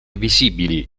visibili